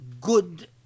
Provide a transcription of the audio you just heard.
good